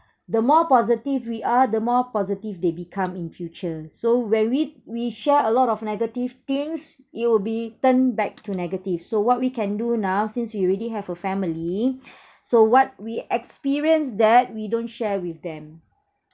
the more positive we are the more positive they become in future so when we we share a lot of negative things it will be turned back to negative so what we can do now since we already have a family so what we experience that we don't share with them